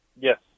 Yes